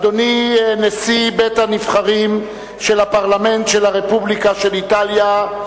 אדוני נשיא בית-הנבחרים של הפרלמנט של הרפובליקה של איטליה,